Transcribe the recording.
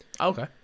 Okay